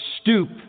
stoop